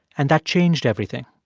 and that changed everything